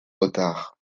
retard